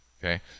Okay